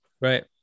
Right